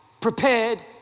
prepared